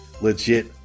legit